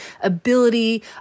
ability